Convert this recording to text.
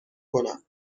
کنم